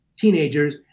teenagers